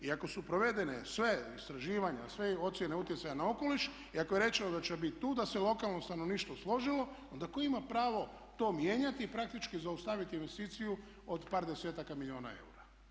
I ako su provedena sva istraživanja, sve ocjene utjecaja na okoliš i ako je rečeno da će biti tu da se lokalno stanovništvo složilo onda tko ima pravo to mijenjati i praktički zaustaviti investiciju od par desetaka milijuna eura?